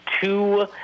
two